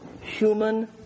human